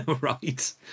Right